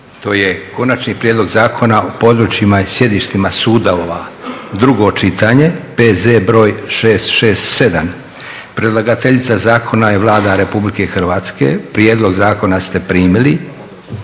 To je - Konačni prijedlog zakona o područjima i sjedištima sudova, drugo čitanje, P.Z. br. 667 Predlagateljica zakona je Vlada RH. Prijedlog zakona ste primili.